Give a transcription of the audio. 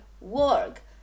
work